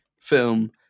film